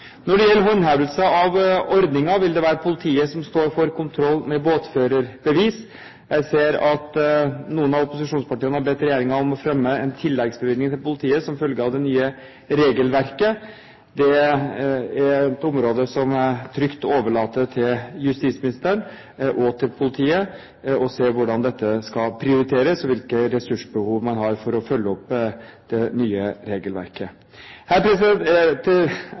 Når det gjelder håndhevelse av ordningen, vil det være politiet som står for kontroll med båtførerbevis. Jeg ser at noen av opposisjonspartiene har bedt regjeringen om å fremme en tilleggsbevilgning til politiet som følge av det nye regelverket. Det er et område som jeg trygt overlater til justisministeren og til politiet. De vil se på hvordan dette skal prioriteres, og hvilke ressursbehov man har for å følge opp det nye regelverket. Når denne lovendringen trer i kraft, er det